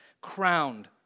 Crowned